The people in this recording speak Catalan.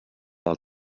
del